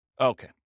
Okay